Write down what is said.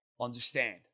understand